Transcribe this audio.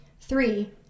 Three